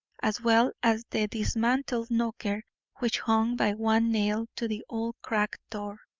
as well as the dismantled knocker which hung by one nail to the old cracked door.